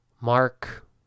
Mark